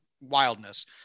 wildness